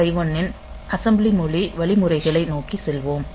8051 இன் அசெம்பளி மொழி வழிமுறைகளை நோக்கிச் செல்வோம்